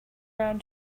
round